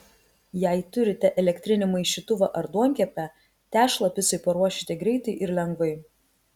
jei turite elektrinį maišytuvą ar duonkepę tešlą picai paruošite greitai ir lengvai